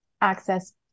access